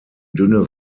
dünne